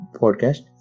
podcast